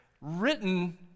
written